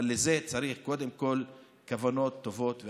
אבל לזה צריך קודם כול כוונות טובות ואמיתיות.